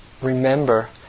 remember